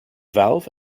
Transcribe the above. valve